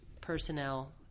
personnel